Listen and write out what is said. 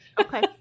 Okay